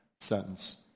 sentence